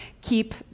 keep